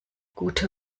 gute